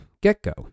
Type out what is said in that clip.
get-go